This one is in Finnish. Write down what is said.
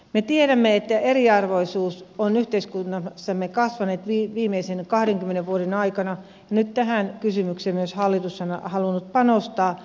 me tiedämme että eriarvoisuus on yhteiskunnassamme kasvanut viimeisten kahdenkymmenen vuoden aikana ja nyt tähän kysymykseen hallitus on myös halunnut panostaa